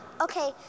Okay